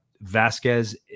Vasquez